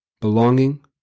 belonging